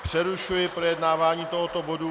Přerušuji projednávání tohoto bodu.